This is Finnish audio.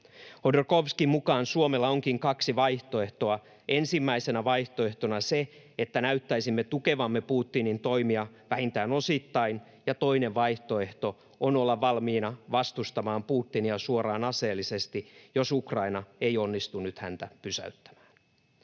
Hodorkovskin mukaan Suomella onkin kaksi vaihtoehtoa: ensimmäisenä vaihtoehtona se, että näyttäisimme tukevamme Putinin toimia vähintään osittain, ja toinen vaihtoehto on olla valmiina vastustamaan Putinia suoraan aseellisesti, jos Ukraina ei onnistu nyt häntä pysäyttämään.